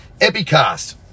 Epicast